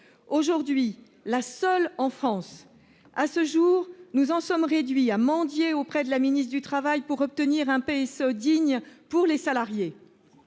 Aujourd'hui, la seule en France ! À ce jour, nous en sommes réduits à mendier auprès de la ministre du travail pour obtenir un PSE digne pour les salariés.